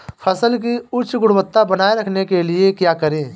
फसल की उच्च गुणवत्ता बनाए रखने के लिए क्या करें?